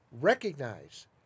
recognize